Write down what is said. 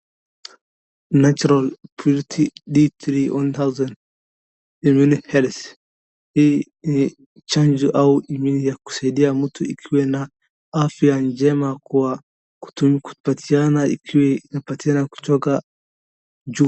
Natural D3 100 immune health hii ni chanjo au immunity ya kusaidia mtu awe na afya njema kwa kupatiana kutoka juu.